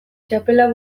txapela